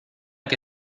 que